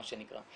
מה שנקרא.